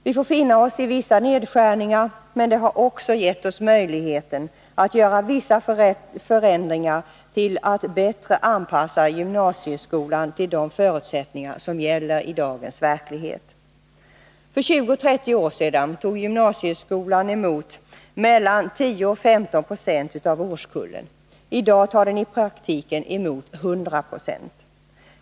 Vi får finna oss i vissa nedskärningar, men det har också gett oss möjligheten att göra vissa förändringar för att bättre anpassa gymnasieskolan till de förutsättningar som gäller i dagens verklighet. För 20-30 år sedan tog gymnasieskolan emot 10-15 90 av årskullen. I dag tar den i praktiken emot 100 20.